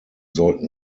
sollten